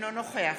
אינו נוכח